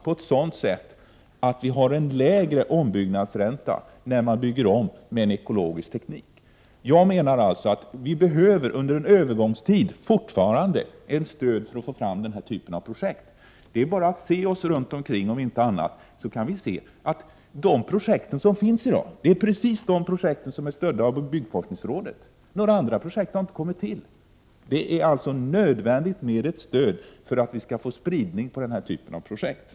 Denna skulle kunna utformas så, att den är lägre när man bygger om med ekologisk teknik. Jag anser således att vi under en övergångstid behöver ett stöd för att få fram denna typ av projekt. Om vi ser oss omkring skall vi finna att de projekt som finns i dag är de som stöds av byggforskningsrådet. Några andra projekt har inte kommit fram. Det är alltså nödvändigt med ett stöd för att denna typ av projekt skall få tillräcklig spridning.